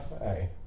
Hey